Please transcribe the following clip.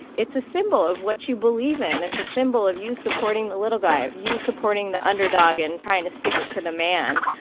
it's a symbol of what you believe in. it's a symbol of you supporting the little guy, of you supporting the underdog and trying to stick it to the man.